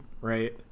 right